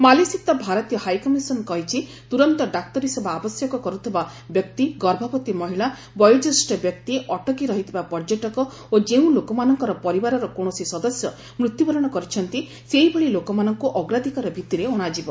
ମାଲେସ୍ଥିତ ଭାରତୀୟ ହାଇକମିଶନ କହିଛି ତୁରନ୍ତ ଡାକ୍ତରସେବା ଆବଶ୍ୟକ କରୁଥିବା ବ୍ୟକ୍ତି ଗର୍ଭବତୀ ମହିଳା ବୟୋଜ୍ୟେଷ୍ଠ ବ୍ୟକ୍ତି ଅଟକି ରହିଥିବା ପର୍ଯ୍ୟଟକ ଓ ଯେଉଁ ଲୋକମାନଙ୍କର ପରିବାରର କକିଣସି ସଦସ୍ୟ ମୃତ୍ୟୁବରଣ କରିଛନ୍ତି ସେହିଭଳି ଲୋକମାନଙ୍କୁ ଅଗ୍ରାଧିକାର ଭିତ୍ତିରେ ଅଶାଯିବ